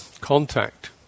contact